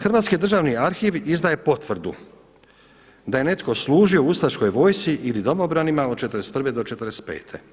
Hrvatski državni arhiv izdaje potvrdu da je netko služio ustaškoj vojsci ili domobranima od '41. do 45.